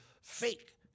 fake